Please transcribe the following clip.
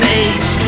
age